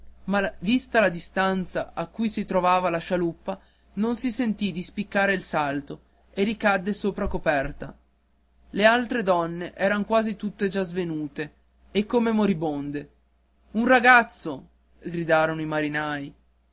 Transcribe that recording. ma vista la distanza a cui si trovava la scialuppa non si sentì il coraggio di spiccare il salto e ricadde sopra coperta le altre donne eran quasi tutte già svenute e come moribonde un ragazzo gridarono i marinai